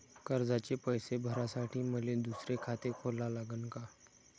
कर्जाचे पैसे भरासाठी मले दुसरे खाते खोला लागन का?